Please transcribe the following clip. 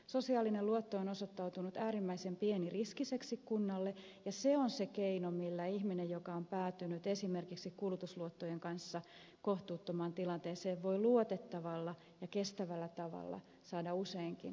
sosiaalinen luotto on osoittautunut äärimmäisen pieniriskiseksi kunnalle ja se on se keino jolla ihminen joka on päätynyt esimerkiksi kulutusluottojen kanssa kohtuuttomaan tilanteeseen voi luotettavalla ja kestävällä tavalla saada useinkin asiansa kuntoon